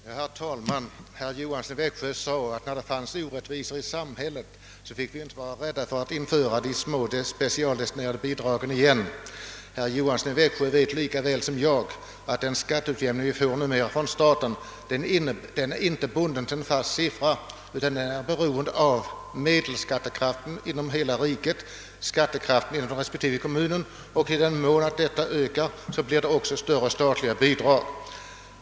Herr talman! Herr Johansson i Växjö sade att vi inte fick vara rädda för att införa de små, specialdestinerade bidragen på nytt om det finns orättvisor i samhället. Herr Johansson i Växjö vet lika väl som jag att den skatteutjämning som numera åstadkommes av staten inte är bunden till en fast siffra utan beroende av medelskattekraften i hela riket, d. v. s. skattekraften i de olika kommunerna, och i den mån skattekraften minskar blir också de statliga bidragen större.